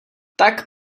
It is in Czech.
tak